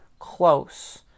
close